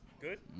Good